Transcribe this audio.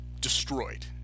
destroyed